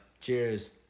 Cheers